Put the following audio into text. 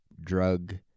drug